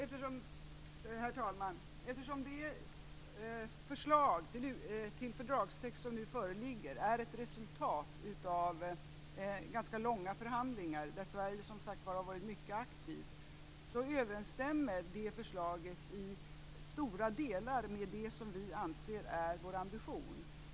Herr talman! Eftersom det förslag till fördragstext som nu föreligger är ett resultat av ganska långa förhandlingar, där Sverige som sagt har varit mycket aktivt, överensstämmer det i stora delar med det som vi anser är vår ambition.